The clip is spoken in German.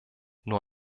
nur